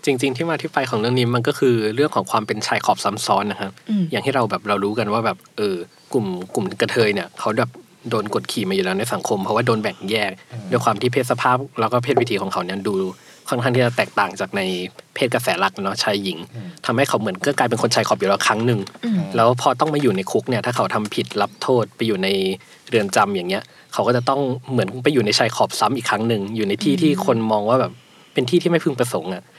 จริงๆที่มาที่ไปของเรื่องนี้มันก็คือเรื่องของความเป็นชายขอบซ้ำซ้อนนะครับอืมอย่างที่เราแบบเรารู้กันว่าแบบ เออ กลุ่ม- กลุ่มกระเทยเนี่ยเขาแบบโดนกดขี่มาอยู่แล้วในสังคม เพราะว่าโดนแบ่งแยกโอเคด้วยความที่เพศสภาพแล้วก็เพศวิถีของเขาเนี่ยดูค่อนข้างที่จะแตกต่างจากในเพศกระแสหลักเนอะ ชายหญิงโอเคทำให้เขาเหมือนก็กลายเป็นคนชายขอบอยู่แล้วครั้งหนึ่งโอเคแล้วพอต้องมาอยู่ในคุกเนี่ย ถ้าเขาทำผิดรับโทษไปอยู่ในเรือนจำอย่างเงี้ย เขาก็จะต้องเหมือนไปอยู่ในชายขอบซ้ำอีกครั้งหนึ่ง อยู่ในที่อืมที่คนมองว่าแบบเป็นที่ที่ไม่พึงประสงค์อะ